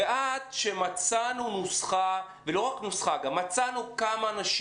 -- ועד שמצאנו נוסחה ולא רק נוסחה אלא גם כמה אנשים